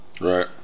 Right